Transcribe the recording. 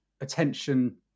attention